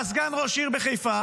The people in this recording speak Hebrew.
היה סגן ראש עיר בחיפה,